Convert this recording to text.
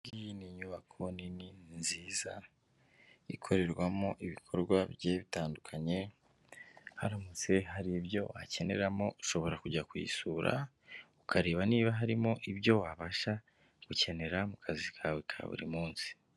Iyi ni inyubako nini nziza ikorerwamo ibikorwa bigiye bitandukanye, haramutse hari ibyo wakeneramo ushobora kujya kuyisura ukareba niba harimo ibyo wabasha gukenera mu kazi kawe ka buri munsi.